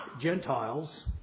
Gentiles